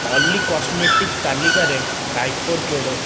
ଅଲି cosmetic ତାଲିକାରେ diaper ଯୋଡ଼